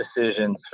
decisions